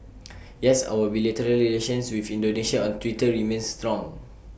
yes our bilateral relations with Indonesia on Twitter remains strong